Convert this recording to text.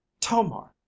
Tomar